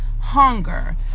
hunger